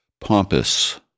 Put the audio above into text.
pompous